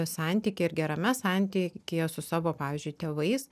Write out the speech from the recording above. santyky ir gerame santykyje su savo pavyzdžiui tėvais